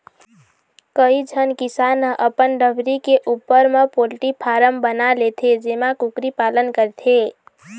कइझन किसान ह अपन डबरी के उप्पर म पोल्टी फारम बना लेथे जेमा कुकरी पालन करथे